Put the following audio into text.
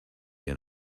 you